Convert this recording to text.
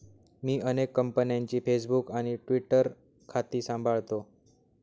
मी अनेक कंपन्यांची फेसबुक आणि ट्विटर खाती सांभाळतो